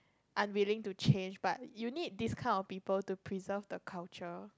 unwilling to change but you need this kind of people to preserve the culture